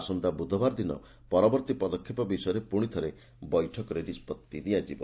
ଆସନ୍ତା ବୁଧବାର ଦିନ ପରବର୍ଭୀ ପଦକ୍ଷେପ ବିଷୟରେ ପୁଶିଥରେ ବୈଠକରେ ନିଷ୍ବଭି ନିଆଯିବ